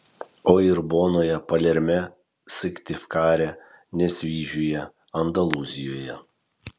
o ir bonoje palerme syktyvkare nesvyžiuje andalūzijoje